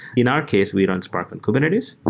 in our case, we run spark on kubernetes.